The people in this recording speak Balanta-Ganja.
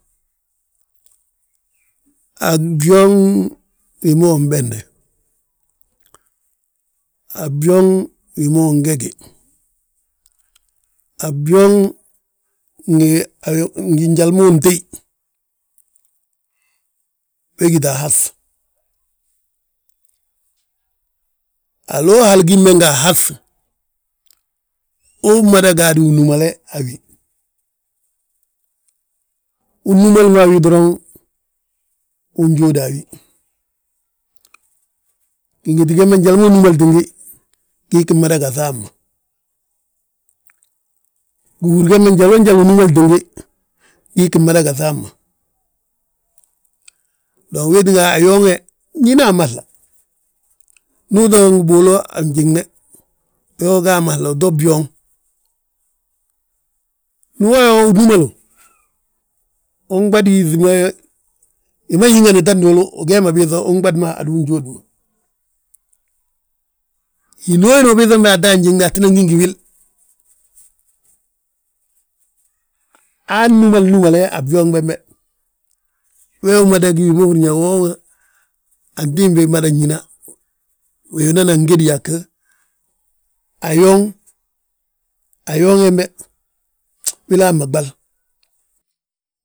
A byooŋ wi ma unbesde, a byooŋ wi ma ungegi, a byooŋ ngi njali ma untéyi, we gíta a haŧ. Haloo hal gímbe nga ahaŧ, umada gaadu unúmale, a wi. Unnúmali mo a wi doroŋ, unjóoda a wi, gingiti gembe njali ma unúmaltin gi, gii ggi mada gaŧa hamma. Gihúri gembe njaloo njali unúmalti gi, gii ggí mada gaŧi hamma. Dong wee tínga ayooŋ we, ñíni amahla, ndu uto ngi buulu a njiŋne, ndi wo yaa unúmalu, unɓadi yíŧi ma, hi ma yingani ta nduulu ugee ma biiŧa unɓad ma, hadu unjóod ma. Hinooni ubiiŧani ato a njiŋne atinan gi ngi wil, aa nnúmale númale, a byooŋ bembe wee wi mada gí wi ma húri yaa woo we, antimbi mada wi ñína winana ngédi yaa go, yooŋ, ayooŋ hembe wilaa ma ɓal.